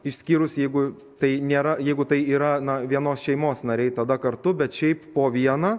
išskyrus jeigu tai nėra jeigu tai yra na vienos šeimos nariai tada kartu bet šiaip po vieną